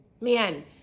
Man